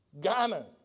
Ghana